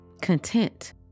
content